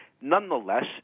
Nonetheless